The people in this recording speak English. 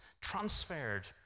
transferred